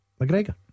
McGregor